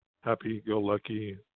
happy-go-lucky